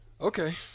Okay